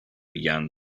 began